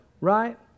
Right